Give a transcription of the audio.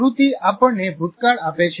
સ્મૃતિ આપણને ભૂતકાળ આપે છે